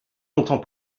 longtemps